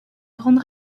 grande